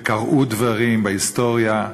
וקראו דברים בהיסטוריה,